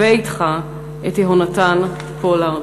הבא אתך את יהונתן פולארד.